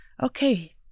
okay